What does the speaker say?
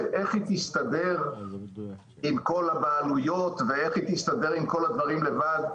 איך היא תסתדר עם כל הבעלויות ועם כל הדברים לבד?